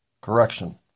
correction